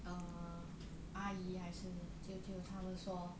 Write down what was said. err 阿姨还是舅舅他们说